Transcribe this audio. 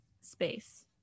space